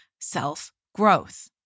self-growth